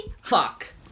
Fuck